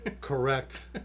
Correct